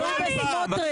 איזה תנועה איסלמית?